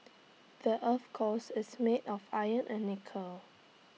the Earth's cores is made of iron and nickel